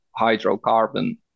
hydrocarbon